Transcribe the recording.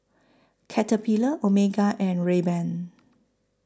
Caterpillar Omega and Rayban